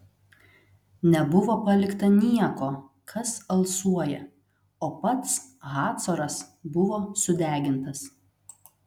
nebuvo palikta nieko kas alsuoja o pats hacoras buvo sudegintas